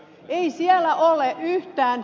ei siellä ole yhtään